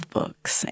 books